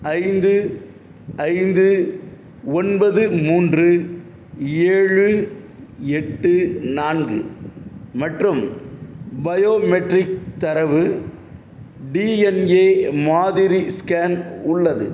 ஐந்து ஐந்து ஒன்பது மூன்று ஏழு எட்டு நான்கு மற்றும் பயோமெட்ரிக் தரவு டிஎன்ஏ மாதிரி ஸ்கேன் உள்ளது